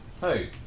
Hey